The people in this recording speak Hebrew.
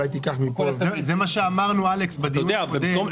אלכס, זה מה שאמרנו בדיון הקודם.